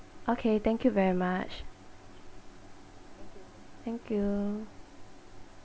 okay thank you very much thank you